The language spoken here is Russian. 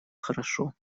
хорошо